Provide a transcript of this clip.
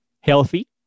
healthy